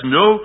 no